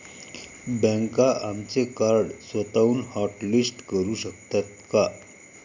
बँका आमचे कार्ड स्वतःहून हॉटलिस्ट करू शकतात का?